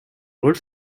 роль